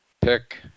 pick